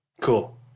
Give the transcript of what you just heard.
Cool